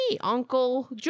Uncle